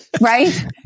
Right